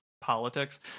politics